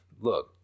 look